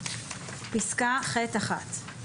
פסקה (ח1).